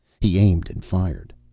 he aimed and fired.